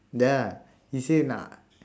dah he say